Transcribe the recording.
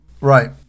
Right